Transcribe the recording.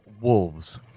wolves